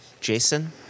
Jason